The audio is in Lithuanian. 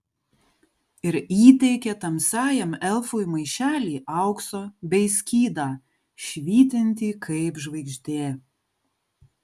ir įteikė tamsiajam elfui maišelį aukso bei skydą švytintį kaip žvaigždė